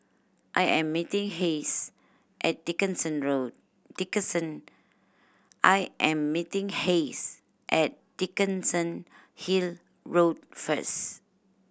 I am meeting Hayes at Dickenson Road Dickenson I am meeting Hayes at Dickenson Hill Road first